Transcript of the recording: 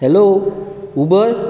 hello Uber